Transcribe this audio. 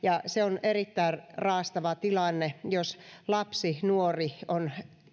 se on erittäin raastava tilanne jos lapsi tai nuori on